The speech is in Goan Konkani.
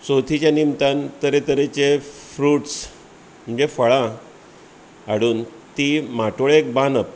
चवथीच्या निमतान तरे तरेचे फ्रुट्स म्हणजे फळां हाडुन ती माटोळेक बांदप